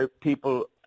people